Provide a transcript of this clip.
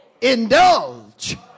Indulge